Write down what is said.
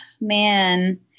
man